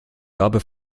gabe